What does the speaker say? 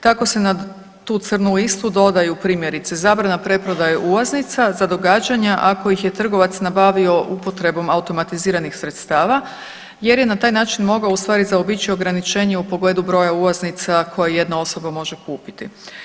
Tako se na tu crnu listu dodaju primjerice zabrana preprodaje ulaznica za događanja ako ih je trgovac nabavio upotrebom automatiziranih sredstava jer je na taj način mogao u stvari zaobići ograničenje u pogledu broja ulaznica koje jedna osoba može kupiti.